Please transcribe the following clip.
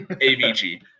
A-V-G